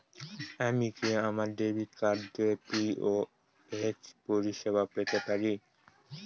আমি কি আমার ডেবিট কার্ড দিয়ে পি.ও.এস পরিষেবা পেতে পারি?